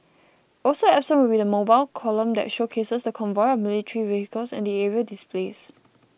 also absent will be the mobile column that showcases the convoy of military vehicles and the aerial displays